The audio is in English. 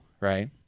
right